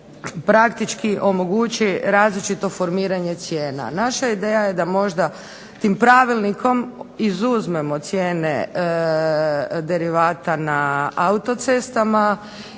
praktički omogući različito formiranje cijena. Naša ideja je da možda tim Pravilnikom izuzmemo cijene derivata na autocestama